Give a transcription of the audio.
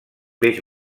peix